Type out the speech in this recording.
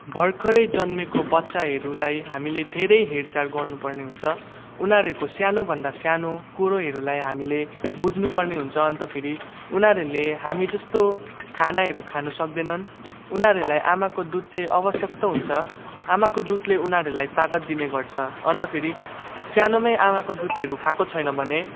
भर्खरै जन्मेको बच्चाहरूलाई हामीले धेरै हेरचाह गर्नुपर्ने हुन्छ उनीहरूको सानोभन्दा सानो कुरोहरूलाई हामीले बुझ्नुपर्ने हुन्छ अन्त फेरि उनीहरूले हामी जस्तो खानाहरू खान सक्दैनन् उनीहरूलाई आमाको दुध चाहिँ आवश्यकता हुन्छ आमाको दुधले उनीहरूलाई तागत दिने गर्छ अन्त फेरि सानोमै आमाको दुधहरू खाएको छैन भने